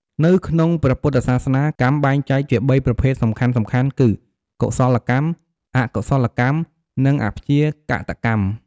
នៅក្នុងព្រះពុទ្ធសាសនា កម្មបែងចែកជាបីប្រភេទសំខាន់ៗគឺ កុសលកម្ម អកុសលកម្ម និងអព្យាកតកម្ម ។